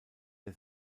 der